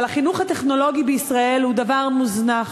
אבל החינוך הטכנולוגי בישראל הוא דבר מוזנח,